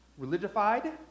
religified